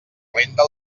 renda